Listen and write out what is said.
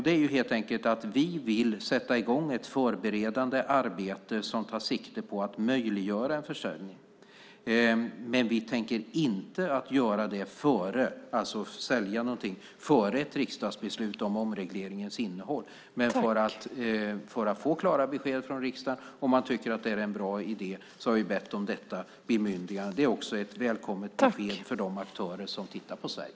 Det är helt enkelt för att vi vill sätta i gång ett förberedande arbete som tar sikte på att möjliggöra en försäljning, men vi tänker inte sälja någonting före ett riksdagsbeslut om omregleringens innehåll. För att få klara besked om ifall riksdagen tycker att det är en bra idé har vi bett om detta bemyndigande. Det är också ett välkommet besked till de aktörer som tittar på Sverige.